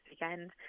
weekend